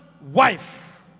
wife